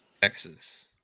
Texas